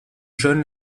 jeune